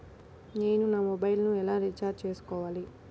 నేను నా మొబైల్కు ఎలా రీఛార్జ్ చేసుకోవాలి?